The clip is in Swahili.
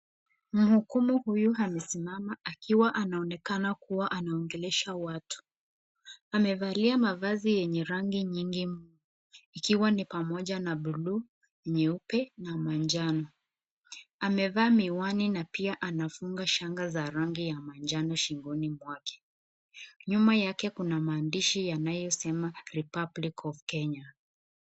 Mhukumu huyu amesimama akiwa anaonekana kuwa anaongelesha watu. Amevalia mavazi yenye rangi nyingi mno, ikiwa ni pamoja na buluu, nyeupe na manjano. Amevaa miwani na pia anafunga shanga za rangi ya manjano shingoni mwake. Nyuma yake kuna maadishi yanayosema Republic of Kenya .